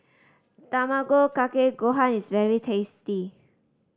Tamago Kake Gohan is very tasty